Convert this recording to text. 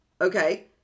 okay